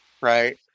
right